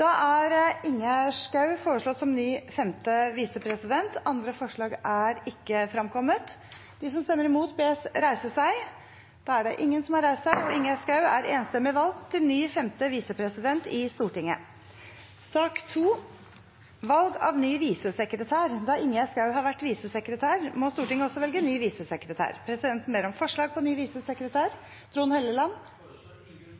foreslått som ny femte visepresident. – Andre forslag er ikke fremkommet. Ingjerd Schou er da enstemmig valgt til ny femte visepresident i Stortinget. Da Ingjerd Schou har vært visesekretær, må Stortinget også velge ny visesekretær. Presidenten ber om forslag på ny visesekretær. Jeg foreslår Ingunn Foss. Ingunn Foss er foreslått som ny visesekretær. – Andre forslag er ikke fremkommet. Ingunn Foss er da enstemmig valgt til ny visesekretær